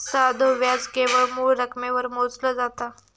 साधो व्याज केवळ मूळ रकमेवर मोजला जाता